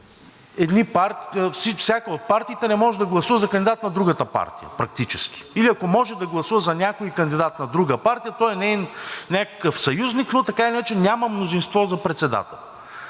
всяка от партиите не може да гласува за кандидат на другата партия практически или ако може да гласува за някой кандидат на друга партия, той е неин някакъв съюзник, но така или иначе няма мнозинство за председател.